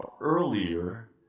earlier